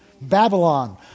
Babylon